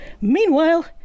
Meanwhile